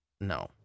No